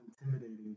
intimidating